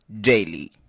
daily